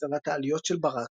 סדרת העליות של ברק,